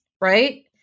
Right